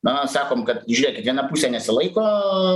na sakom kad žiūrėkit viena pusė nesilaiko